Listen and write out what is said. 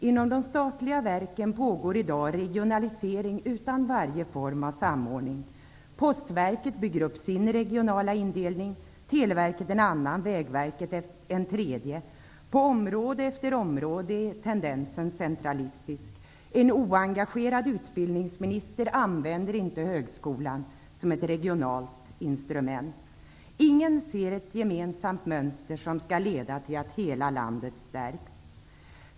Inom de statliga verken pågår i dag regionalisering utan varje form av samordning. Postverket bygger upp sin regionala indelning, Televerket en annan, Vägverket en tredje. På område efter område är tendensen centralistisk. En oengagerad utbildningsminster använder inte högskolan som ett regionalt instrument. Ingen ser ett gemensamt mönster, som skall leda till att hela landet stärks.